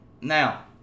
Now